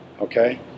Okay